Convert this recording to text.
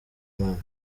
impano